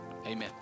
amen